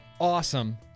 awesome